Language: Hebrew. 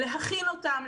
להכין אותם,